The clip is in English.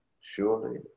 Surely